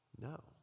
No